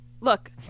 Look